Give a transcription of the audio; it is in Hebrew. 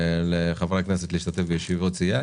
לחברי הכנסת להשתתף בישיבות סיעה.